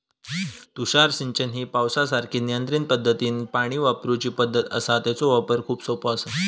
तुषार सिंचन ही पावसासारखीच नियंत्रित पद्धतीनं पाणी वापरूची पद्धत आसा, तेचो वापर खूप सोपो आसा